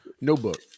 notebook